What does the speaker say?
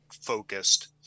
focused